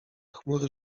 chmury